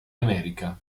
america